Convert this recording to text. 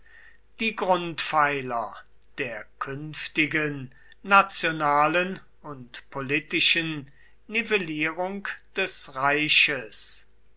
die grundpfeiler der künftigen nationalen und politischen nivellierung des reiches